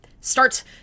starts